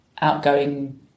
outgoing